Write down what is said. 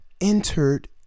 entered